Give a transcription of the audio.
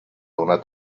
una